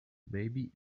maybe